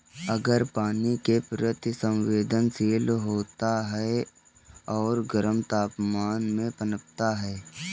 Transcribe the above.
अरहर पानी के प्रति संवेदनशील होता है और गर्म तापमान में पनपता है